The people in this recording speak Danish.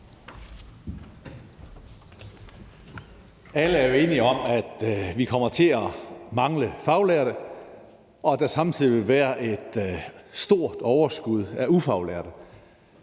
Alle er jo enige om, at vi kommer til at mangle faglærte, og at der samtidig vil være et stort overskud af ufaglærte,